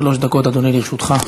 שלוש דקות, אדוני, לרשותך.